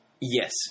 Yes